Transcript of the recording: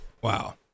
Wow